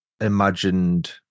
imagined